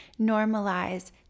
Normalize